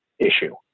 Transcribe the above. issue